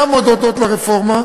גם הודות לרפורמה,